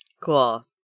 Cool